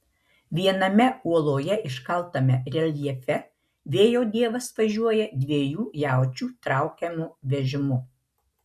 viename uoloje iškaltame reljefe vėjo dievas važiuoja dviejų jaučių traukiamu vežimu